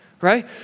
right